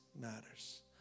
matters